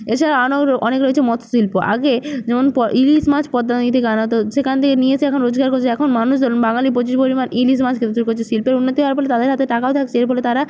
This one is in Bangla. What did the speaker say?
এছাড়াও আরো অনেক রয়েছে মৎস্য শিল্প আগে যেমন ইলিশ মাছ পদ্মা নদী থেকে আনা হতো সেখান থেকে নিয়ে এসে এখন রোজগার করছে এখন মানুষ বাঙালি প্রচুর পরিমাণ ইলিশ মাছ খেতে শুরু করছে শিল্পের উন্নতি হওয়ার ফলে তাদের হাতে টাকাও থাকছে এর ফলে তারা